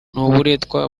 n’uburetwa